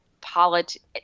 politics